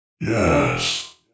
Yes